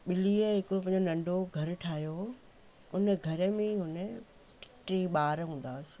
ॿिलीअ हिकु पंहिंजो नंढो घरु ठाहियो हुओ उन घर में उन टे ॿार हूंदासीं